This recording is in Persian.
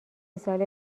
ساله